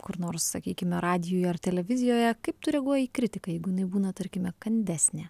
kur nors sakykime radijuje ar televizijoje kaip tu reaguoji į kritiką jeigu jinai būna tarkime kandesnė